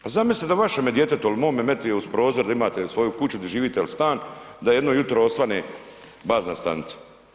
Pa zamislite da vašem djetetu ili mome metiju uz prozor di imate svoju kuću, di živite ili stan, da jedno jutro osvane bazna stanica.